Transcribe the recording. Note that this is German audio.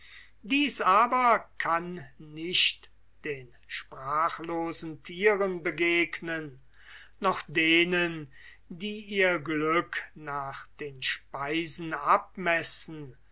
dies aber kann nicht den sprachlosen thieren begegnen noch denen die ihr glück nach den speisen abmessen